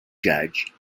judge